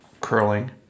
curling